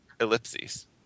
Ellipses